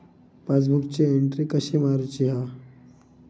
पासबुकाची एन्ट्री कशी मारुची हा?